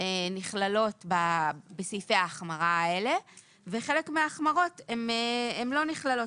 נכללות בסעיפי ההחמרה האלה וחלק מההחמרות הן לא נכללות.